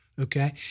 Okay